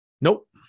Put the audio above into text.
Nope